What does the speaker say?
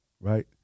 right